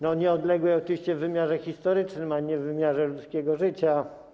Nieodległej oczywiście w wymiarze historycznym, a nie w wymiarze ludzkiego życia.